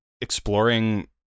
exploring